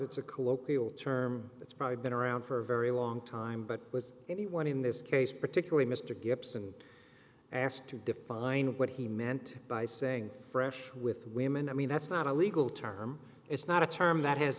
it's a colloquial term that's probably been around for a very long time but was anyone in this case particularly mr gibson asked to define what he meant by saying fresh with women i mean that's not a legal term it's not a term that has